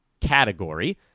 category